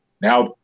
now